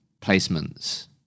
placements